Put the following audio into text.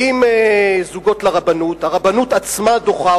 באים זוגות לרבנות והרבנות עצמה דוחה